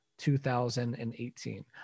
2018